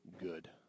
good